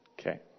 Okay